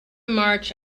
march